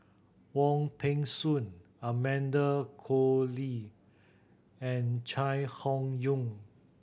Wong Peng Soon Amanda Koe Lee and Chai Hon Yoong